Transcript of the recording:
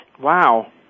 Wow